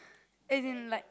as in like